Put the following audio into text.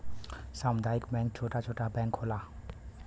सामुदायिक बैंक छोटा छोटा बैंक होला